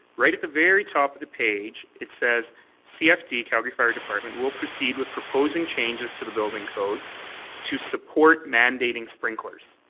right at the very top of the page, it says cfd calgary fire department will proceed with and changes to the building codes to support mandating sprinklers.